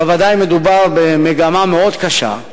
אבל בוודאי מדובר על מגמה מאוד קשה.